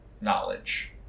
knowledge